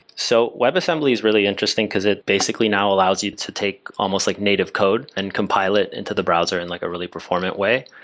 so web assembly is really interesting because it basically now allows you to take almost like native code and compile it into the browser in like a really performant way.